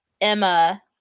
Emma